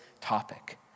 topic